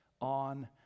on